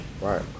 Right